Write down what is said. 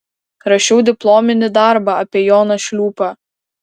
rašiau diplominį darbą apie joną šliūpą